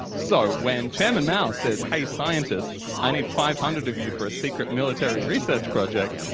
so when chairman mao says, hey scientists. i need five hundred of you for a secret military research project